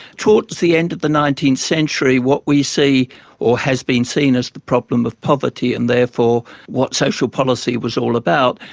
towards the end of the nineteenth century, what we see or has been seen as the problem of poverty, and therefore what social policy was all about,